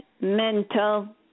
mental